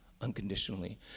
unconditionally